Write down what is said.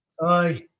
Aye